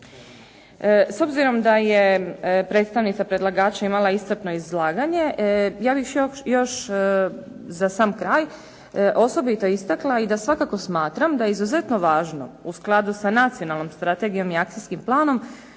S obzirom da je predstavnica predlagača imala iscrpno izlaganje, ja bih još za sam kraj osobito istakla i da svakako smatram da je izuzetno važno u skladu sa nacionalnom strategijom i akcijskim planom